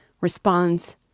responds